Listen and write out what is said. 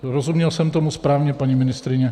Rozuměl jsem tomu správně, paní ministryně?